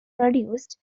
produced